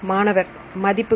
மாணவர் மதிப்புகள்